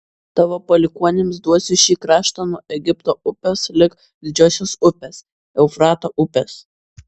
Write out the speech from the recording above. tavo palikuonims duosiu šį kraštą nuo egipto upės lig didžiosios upės eufrato upės